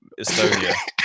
Estonia